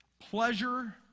Pleasure